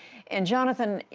and, jonathan,